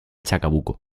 chacabuco